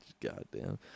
goddamn